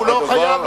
הוא לא חייב לענות.